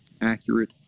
accurate